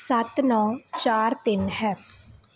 ਸੱਤ ਨੌਂ ਚਾਰ ਤਿੰਨ ਹੈ